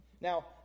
Now